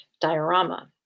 diorama